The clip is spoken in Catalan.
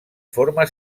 forma